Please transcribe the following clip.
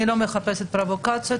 אני לא מחפשת פרובוקציות,